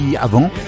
avant